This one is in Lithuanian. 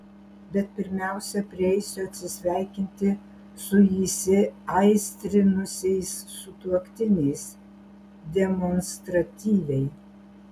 bet pirmiausia prieisiu atsisveikinti su įsiaistrinusiais sutuoktiniais demonstratyviai